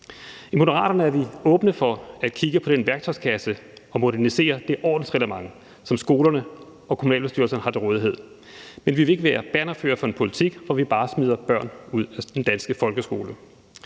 I Moderaterne er vi åbne for at kigge på den værktøjskasse og modernisere det ordensreglement, som skolerne og kommunalbestyrelserne har til rådighed. Men vi vil ikke være bannerførere for en politik, hvor vi bare smider børn ud af den danske folkeskole.